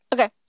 Okay